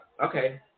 okay